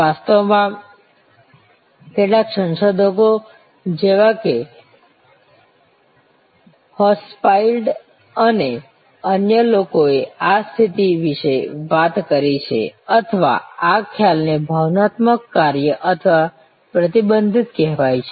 વાસ્તવમાં કેટલાક સંશોધકો જેવા કે હોચસ્ચાઇલ્ડ અને અન્ય લોકોએ આ સ્થિતિ વિશે વાત કરી છે અથવા આ ખ્યાલને ભાવનાત્મક કાર્ય અથવા પ્રતિબંધિત કહેવાય છે